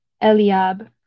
Eliab